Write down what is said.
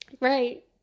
Right